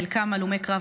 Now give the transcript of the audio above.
חלקם הלומי קרב,